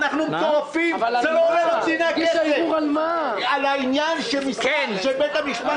מספר פנייה לוועדה: 29 עד 30 - נציבות שירות המדינה.